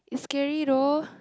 it's scary though